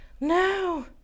no